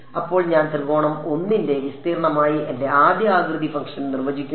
ഇപ്പോൾ ഞാൻ ത്രികോണം 1 ന്റെ വിസ്തീർണ്ണമായി എന്റെ ആദ്യ ആകൃതി ഫംഗ്ഷൻ നിർവ്വചിക്കുന്നു